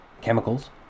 chemicals